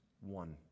one